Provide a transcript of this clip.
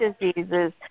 diseases